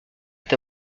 est